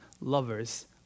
lovers